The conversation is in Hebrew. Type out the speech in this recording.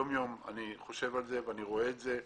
יום יום אני חושב על זה, אני רואה את זה,